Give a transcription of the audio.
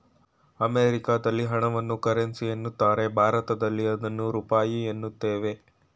ಅಮೆರಿಕದಲ್ಲಿ ಹಣವನ್ನು ಕರೆನ್ಸಿ ಎನ್ನುತ್ತಾರೆ ಭಾರತದಲ್ಲಿ ಅದನ್ನು ರೂಪಾಯಿ ಎನ್ನುತ್ತೇವೆ